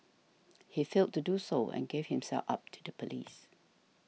he failed to do so and gave himself up to the police